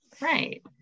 right